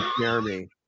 Jeremy